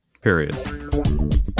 Period